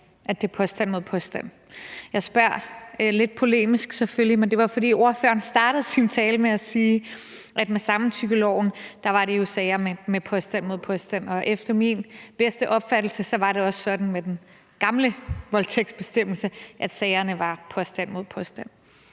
at det er påstand mod påstand. Jeg spørger selvfølgelig lidt polemisk, men det var, fordi ordføreren startede sin tale med at sige, at med samtykkeloven var det jo sager med påstand mod påstand. Efter min bedste opfattelse var det også sådan med den gamle voldtægtsbestemmelse, at det var påstand mod påstand